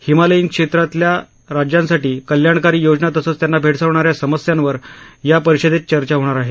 हिमालयीन क्षेत्रातल्या राज्यांसाठी कल्याणकारी योजना तसंच त्यांना भेडसावणा या समस्यांवर या परिषदेत चर्चा होणार आहे